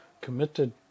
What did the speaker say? committed